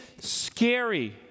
scary